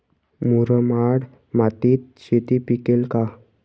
मुरमाड मातीत शेती पिकेल का?